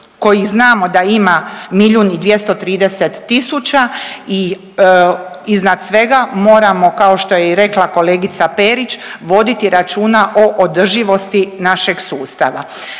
kojih znamo da ima milijun i 230 tisuća i iznad svega moramo kao što je i rekla kolegica Perić voditi računa o održivosti našeg sustava.